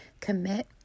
Commit